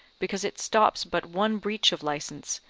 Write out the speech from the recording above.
because it stops but one breach of licence,